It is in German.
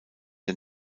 der